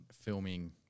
filming